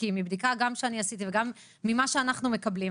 כי גם מבדיקה שאני עשיתי וגם ממה שאנחנו מקבלים,